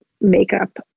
makeup